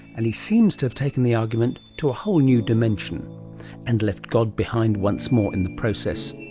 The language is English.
and he seems to have taken the argument to a whole new dimension and left god behind once more in the process.